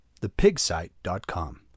thepigsite.com